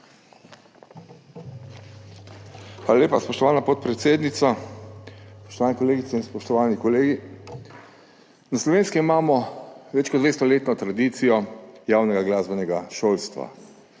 Hvala lepa, spoštovana podpredsednica. Spoštovane kolegice in spoštovani kolegi! Na Slovenskem imamo več kot 200-letno tradicijo javnega glasbenega šolstva.